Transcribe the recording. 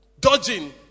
dodging